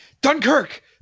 Dunkirk